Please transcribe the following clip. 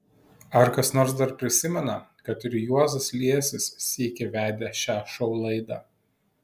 ar kas nors dar prisimena kad ir juozas liesis sykį vedė šią šou laidą